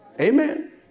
Amen